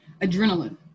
adrenaline